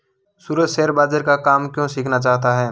सूरज शेयर बाजार का काम क्यों सीखना चाहता है?